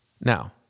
Now